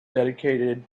dedicated